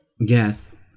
Yes